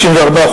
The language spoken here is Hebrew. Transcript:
54%,